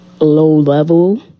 low-level